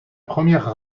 première